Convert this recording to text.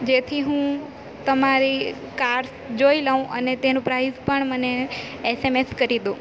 જેથી હું તમારી કાર જોઈ લઉં અને તેનો પ્રાઇસ પણ મને એસએમએસ કરી દો